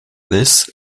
this